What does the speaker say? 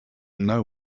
know